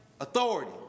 authority